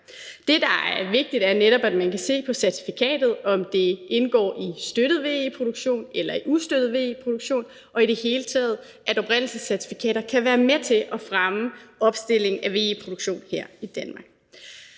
Det, der er vigtigt, er netop, at man kan se af certifikatet, om det indgår i støttet VE-produktion eller i ustøttet VE-produktion, og i det hele taget, at oprindelsescertifikater kan være med til at fremme opstilling af VE-produktion her i Danmark.